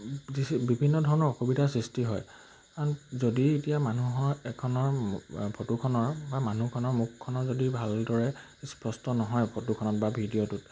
যি চি বিভিন্ন ধৰণৰ অসুবিধাৰ সৃষ্টি হয় কাৰণ যদি এতিয়া মানুহৰ এখনৰ ফটোখনৰ বা মানুহখনৰ মুখনৰ যদি ভালদৰে স্পষ্ট নহয় ফটোখনত বা ভিডিঅ'টোত